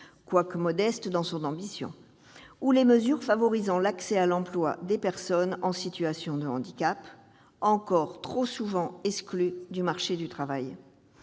quoique modeste dans son ambition, et les mesures favorisant l'accès à l'emploi des personnes en situation de handicap, encore trop souvent exclues du marché du travail.